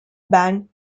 band